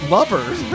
Lovers